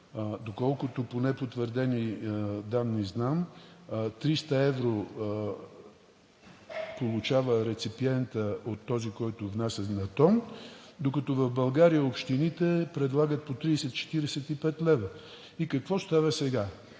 доколкото по непотвърдени данни знам, 300 евро получава реципиентът от този, който внася на тон, докато в България общините предлагат по 30 – 45 лв. И какво става сега?